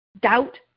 Doubt